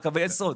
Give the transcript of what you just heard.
על קווי יסוד.